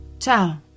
Ciao